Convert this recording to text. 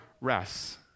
rests